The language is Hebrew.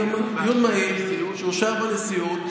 דיון מהיר שאושר בנשיאות,